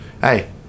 hey